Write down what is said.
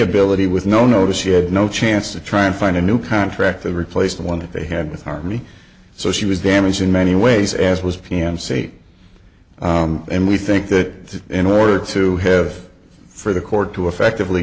ability with no notice she had no chance to try and find a new contract to replace the one that they had with army so she was damaged in many ways as was pm sait and we think that in order to have for the court to effectively